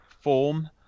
form